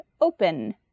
OPEN